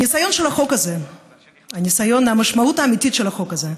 הניסיון של החוק, המשמעות האמיתית של החוק הזה,